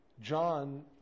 John